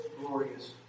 glorious